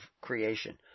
creation